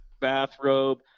Bathrobe